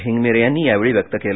हिंगमिरे यांनी यावेळी व्यक्त केलं